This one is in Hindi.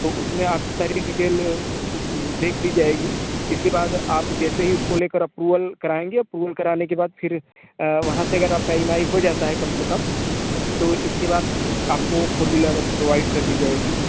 तो उस में आपकी सारी डिटेल देख ली जाएगी इसके बाद आप जैसे ही उसको ले कर अप्रूवल कराएँगे अप्रूवल कराने के बाद फिर वहाँ से अगर आपका ई एम आई हो जाता है कम से कम तो इसके बाद आपको फोर व्हीलर प्रोवाइड कर दी जाएगी